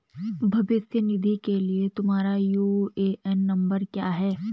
भविष्य निधि के लिए तुम्हारा यू.ए.एन नंबर क्या है?